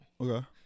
Okay